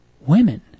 women